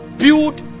Build